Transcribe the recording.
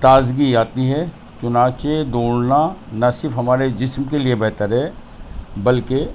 تازگی آتی ہے چنانچہ دوڑنا نہ صرف ہمارے جسم کے لیے بہتر ہے بلکہ